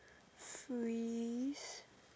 three